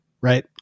right